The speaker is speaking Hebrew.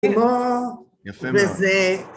יפה מאוד.